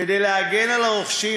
כדי להגן על הרוכשים,